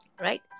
right